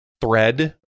thread